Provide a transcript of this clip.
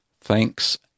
Thanks